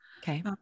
Okay